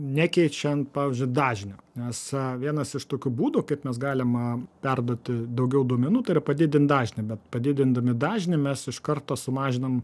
nekeičiant pavyzdžiui dažnio nes a vienas iš tokių būdų kaip mes galim perduoti daugiau duomenų tai yra padidint dažnį bet padidindami dažnį mes iš karto sumažinam